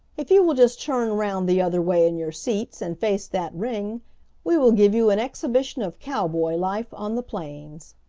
if you will just turn round the other way in your seats and face that ring we will give you an exhibition of cowboy life on the plains!